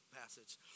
passage